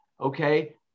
okay